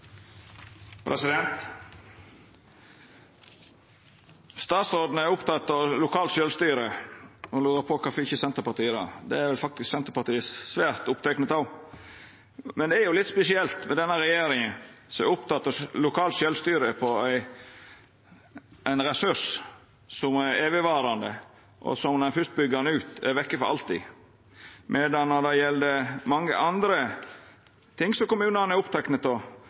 det. Senterpartiet er faktisk svært opptekne av det. Men det er litt spesielt med denne regjeringa, som er oppteken av lokalt sjølvstyre på ein ressurs som er evigvarande, og som når ein fyrst byggjer han ut, er vekk for alltid, medan når det gjeld mange andre ting som kommunane er opptekne av,